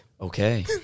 Okay